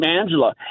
Angela